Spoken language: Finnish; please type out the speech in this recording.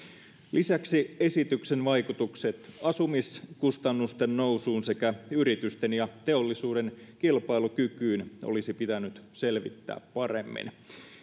lisäksi esityksen vaikutukset asumiskustannusten nousuun sekä yritysten ja teollisuuden kilpailukykyyn olisi pitänyt selvittää paremmin